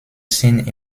sind